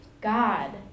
God